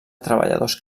treballadors